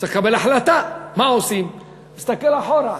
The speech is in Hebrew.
צריך לקבל החלטה מה עושים, מסתכל אחורה,